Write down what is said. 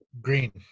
green